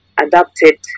Adapted